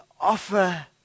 offer